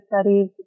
Studies